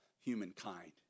humankind